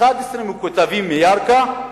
11 מכותבים מירכא.